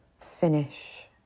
finish